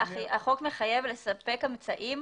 החוק מחייב לספק אמצעים